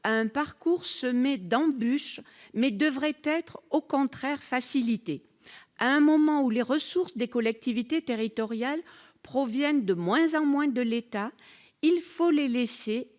un parcours semé d'embûches. Ces projets devraient être, au contraire, facilités. À un moment où les ressources des collectivités territoriales proviennent de moins en moins de l'État, il faut laisser